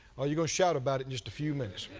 oh, you're going to shout about it just a few minutes.